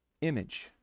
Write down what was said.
image